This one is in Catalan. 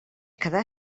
quedar